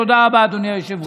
תודה רבה, אדוני היושב-ראש.